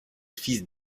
fils